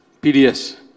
PDS